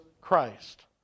Christ